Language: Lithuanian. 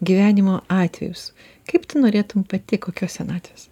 gyvenimo atvejus kaip tu norėtum pati kokios senatvės